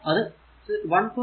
അത് 1